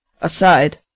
aside